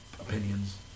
opinions